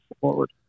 forward